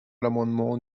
l’amendement